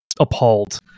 appalled